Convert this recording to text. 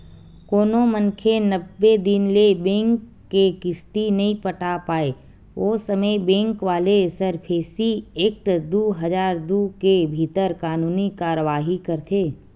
कोनो मनखे नब्बे दिन ले बेंक के किस्ती नइ पटा पाय ओ समे बेंक वाले सरफेसी एक्ट दू हजार दू के भीतर कानूनी कारवाही करथे